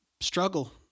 struggle